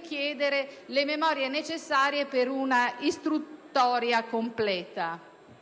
chiedere le memorie necessarie per una istruttoria completa.